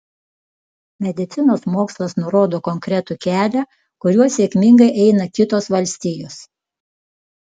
medicinos mokslas nurodo konkretų kelią kuriuo sėkmingai eina kitos valstijos